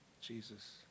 Jesus